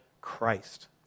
Christ